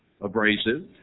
abrasive